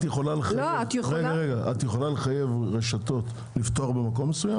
את יכולה לחייב רשתות לפתוח במקום מסוים?